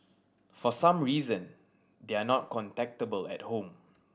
for some reason they are not contactable at home